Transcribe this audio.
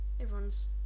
everyone's